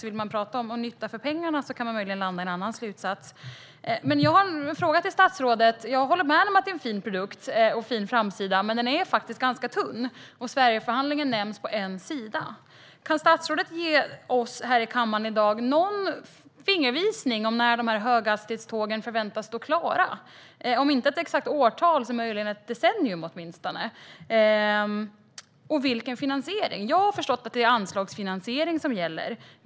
Vill man ha nytta för pengarna kan man möjligen hamna i en annan slutsats. Jag håller med om att det är en fin produkt och en fin framsida, men den är faktiskt ganska tunn. Sverigeförhandlingen nämns på en sida. Kan statsrådet ge oss här i kammaren i dag någon fingervisning om när höghastighetstågen förväntas stå klara? Om hon inte kan ge ett exakt årtal kanske hon ange åtminstone ett decennium. Och vilken finansiering? Jag har förstått att det är anslagsfinansiering som gäller.